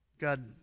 God